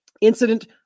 Incident